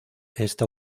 esta